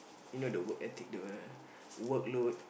you know the work ethic the workload